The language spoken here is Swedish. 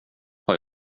har